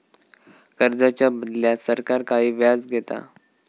कर्जाच्या बदल्यात सरकार काही व्याज घेता